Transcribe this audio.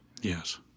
Yes